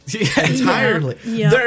entirely